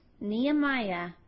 Nehemiah